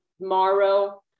tomorrow